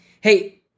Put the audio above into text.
Hey